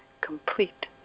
complete